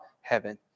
heaven